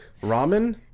Ramen